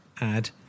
add